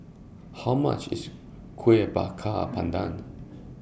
How much IS Kuih Bakar Pandan